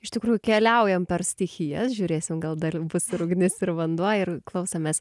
iš tikrųjų keliaujam per stichijas žiūrėsim gal dar bus ir ugnis ir vanduo ir klausomės